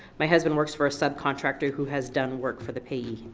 my husband works for a sub-contractor who has done work for the payee.